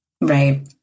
Right